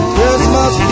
Christmas